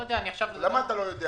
אני לא יודע --- מה אתה לא יודע?